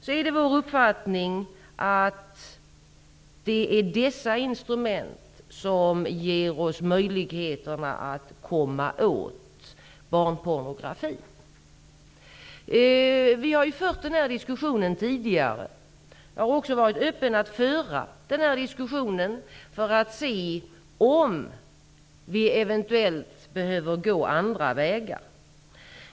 Det är vår uppfattning att det är dessa instrument som ger oss möjligheterna att komma åt barnpornografi. Vi har fört den här diskussionen tidigare. Jag har också varit öppen för att föra diskussionen för att se om vi eventuellt behöver gå andra vägar.